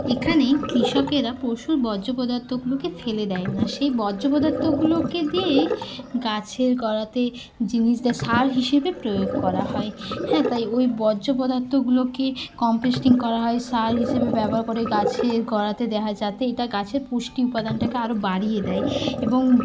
এখানে কৃষকরা পশুর বর্জ্য পদার্থগুলোকে ফেলে দেয় না সেই বর্জ্য পদার্থগুলোকে দিয়েই গাছের গোড়াতে জিনিস দেয় সার হিসেবে প্রয়োগ করা হয় হ্যাঁ তাই ওই বর্জ্য পদার্থগুলোকে কম্পোস্টিং করা হয় সার হিসেবে ব্যবহার করে গাছের গোড়াতে দেওয়া হয় যাতে এইটা গাছের পুষ্টি উপাদানটাকে আরো বাড়িয়ে দেয় এবং